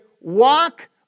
walk